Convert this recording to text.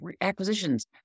acquisitions